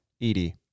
Edie